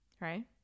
right